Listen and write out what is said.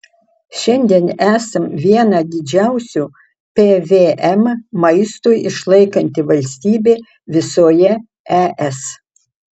šiandien esam vieną didžiausių pvm maistui išlaikanti valstybė visoje es